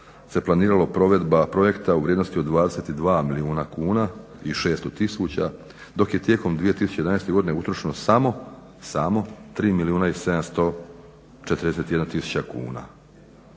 se planiralo provedba projekta u vrijednosti od 22 milijuna kuna i 600000, dok je tijekom 2011. godine utrošeno samo 3 milijuna i 741000 kuna.